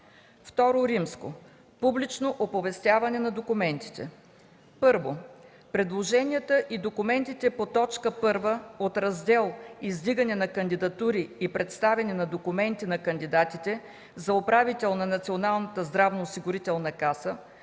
II. Публично оповестяване на документите. 1. Предложенията и документите по т. 1 от Раздел „Издигане на кандидатури и представяне на документи на кандидатите за управител на Националната здравноосигурителна каса